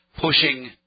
pushing